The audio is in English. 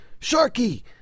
Sharky